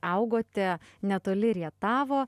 augote netoli rietavo